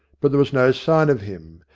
but there was no sign of him,